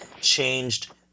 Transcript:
changed